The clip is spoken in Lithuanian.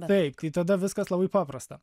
taip tai tada viskas labai paprasta